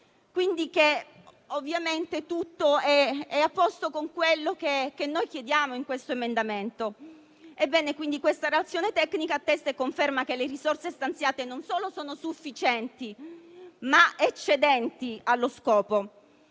Quindi ovviamente tutto è in linea con quello che noi chiediamo nell'emendamento. La relazione tecnica attesta e conferma che le risorse stanziate non solo sono sufficienti, ma eccedenti allo scopo.